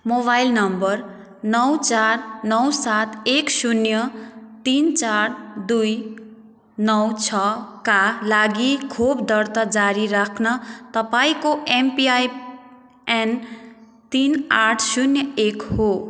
mobile number नौ चार नौ सात एक शून्य तिन चार दुई नौ छका लागि खोप दर्ता जारी राख्न तपाईँँको एमपिआइएन तिन आठ शून्य एक हो